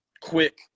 quick